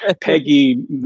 Peggy